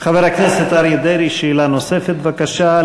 חבר הכנסת אריה דרעי, שאלה נוספת בבקשה.